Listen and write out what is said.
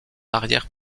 arrière